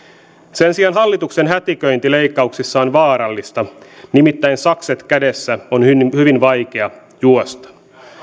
sen sijaan hallituksen hätiköinti leikkauksissa on vaarallista nimittäin sakset kädessä on hyvin vaikea juosta